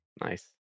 nice